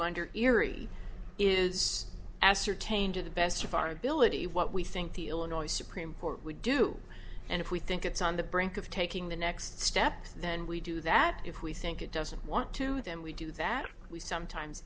under erie is ascertain to the best of our ability what we think the illinois supreme court would do and if we think it's on the brink of taking the next step then we do that if we think it doesn't want to them we do that we sometimes